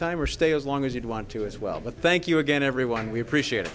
time or stay as long as you'd want to as well but thank you again everyone we appreciate it